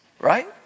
right